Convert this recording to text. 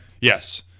Yes